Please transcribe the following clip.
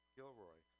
Gilroy